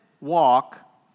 walk